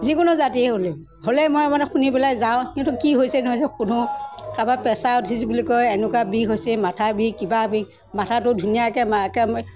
যিকোনো জাতিৰ হ'লেও হ'লেই মই মানে শুনি পেলাই যাওঁ সিহঁতৰ কি হৈছে নহৈছে শুধোঁ কাৰোবাৰ প্ৰেচাৰ উঠিছ বুলি কয় এনেকুৱা বিষ হৈছে মাথাৰ বিষ কিবা বিষ মাথাটো ধুনীয়াকৈ একে